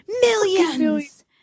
Millions